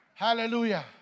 Hallelujah